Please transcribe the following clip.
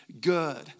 good